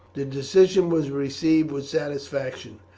the decision was received with satisfaction.